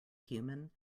human